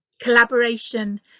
collaboration